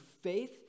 faith